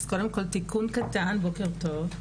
אז קודם כל תיקון קטן, בוקר טוב.